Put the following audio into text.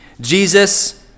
Jesus